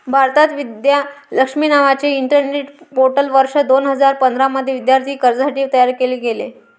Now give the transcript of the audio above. भारतात, विद्या लक्ष्मी नावाचे internet portal वर्ष दोन हजार पंधरा मध्ये विद्यार्थी कर्जासाठी तयार केले गेले